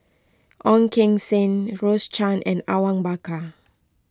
Ong Keng Sen Rose Chan and Awang Bakar